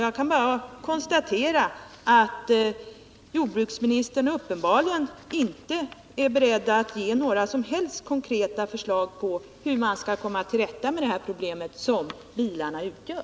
Jag kan bara konstatera att jordbruksministern uppenbarligen inte är beredd att ge några som helst konkreta förslag på hur man skall kunna komma till rätta med det problem som bilarna utgör.